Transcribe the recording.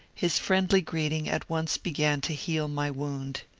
his friendly greeting at once began to heal my wound.